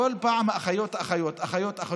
כל פעם, אחיות, אחיות.